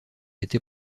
été